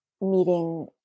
meeting